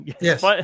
yes